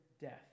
death